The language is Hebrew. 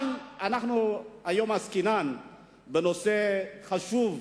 אבל היום עסקינן בנושא חשוב מאוד,